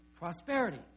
prosperity